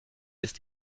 ist